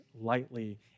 lightly